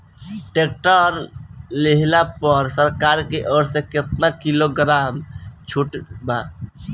Tractor लिहला पर सरकार की ओर से केतना किलोग्राम छूट बा?